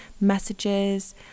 messages